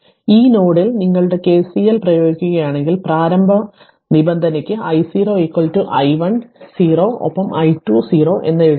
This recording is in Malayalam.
അതിനാൽ ഈ നോഡിൽ നിങ്ങളുടെ കെസിഎൽ പ്രയോഗിക്കുകയാണെങ്കിൽ പ്രാരംഭ നിബന്ധനയ്ക്ക് i 0 i 1 0 ഒപ്പം i 2 0 എന്ന് എഴുതുക